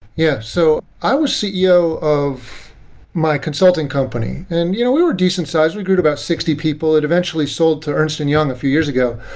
yeah. so i was ceo of my consulting company, and you know we were a decent size. we grew at about sixty people. it eventually sold to ernst and young a few years ago.